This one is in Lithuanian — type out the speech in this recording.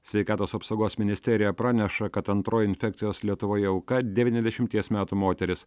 sveikatos apsaugos ministerija praneša kad antroji infekcijos lietuvoje auka devyniasdešimties metų moteris